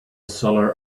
solar